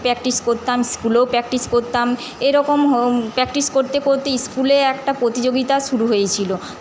practice করতাম স্কুলেও practice করতাম এরকম হোম প্র্যাকটিস করতে করতে স্কুলে একটা প্রতিযোগিতা শুরু হয়েছিলো